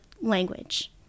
language